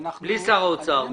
בלי שר האוצר.